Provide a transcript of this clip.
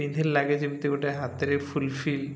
ପିନ୍ଧି ଲାଗେ ଯେମିତି ଗୋଟେ ହାତରେ ଫୁଲ୍ଫିଲ୍